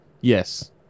Yes